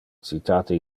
citate